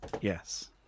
Yes